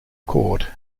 court